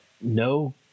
no